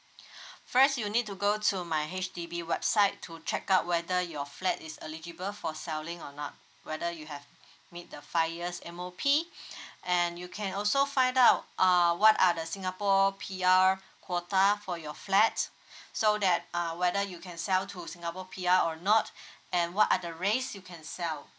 first you need to go to my H_D_B website to check out whether your flat is eligible for selling or not whether you have meet the five years M_O_P and you can also find out uh what are the singapore P_R quota for your flats so that uh whether you can sell to singapore P_R or not and what are the raise you can sell